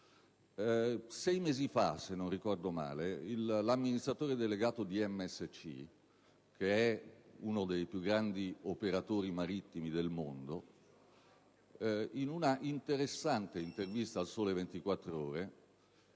sei mesi fa, se non ricordo male, l'amministratore delegato di MSC, che è uno dei più grandi operatori marittimi del mondo, in un'interessante intervista su «Il Sole 24 Ore»